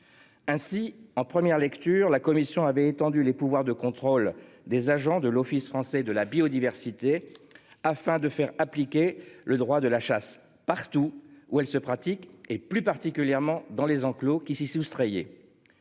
Ainsi, en première lecture, la commission avait étendu les pouvoirs de contrôle des agents de l'Office français de la biodiversité, afin de faire appliquer le droit de la chasse. Partout où elle se pratique et plus particulièrement dans les enclos qui ici soustrayez.